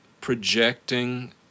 projecting